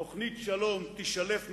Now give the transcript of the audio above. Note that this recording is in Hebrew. תוכנית שלום תישלף מהתנור.